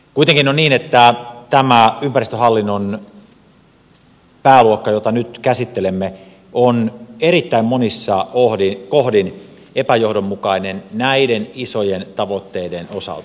kuitenkin on niin että tämä ympäristöhallinnon pääluokka jota nyt käsittelemme on erittäin monissa kohdin epäjohdonmukainen näiden isojen tavoitteiden osalta